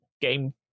game